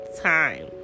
time